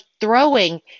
throwing